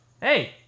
Hey